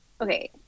Okay